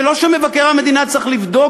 זה לא שמבקר המדינה צריך לבדוק,